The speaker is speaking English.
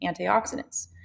antioxidants